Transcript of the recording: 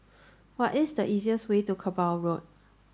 what is the easiest way to Kerbau Road